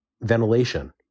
ventilation